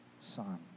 son